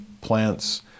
plants